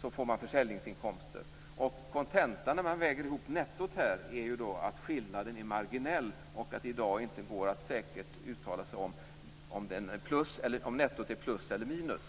får man försäljningsinkomster. Kontentan om man väger ihop nettot är att skillnaden är marginell och att det i dag inte går att säkert uttala om nettot är plus eller minus.